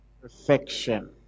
perfection